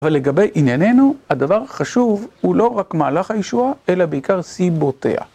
אבל לגבי ענייננו, הדבר החשוב הוא לא רק מהלך הישועה, אלא בעיקר סיבותיה.